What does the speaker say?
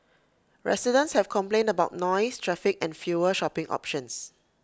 residents have complained about noise traffic and fewer shopping options